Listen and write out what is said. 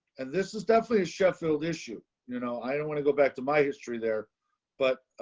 and this is definitely a sheffield issue. you know, i don't want to go back to my history there but